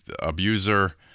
abuser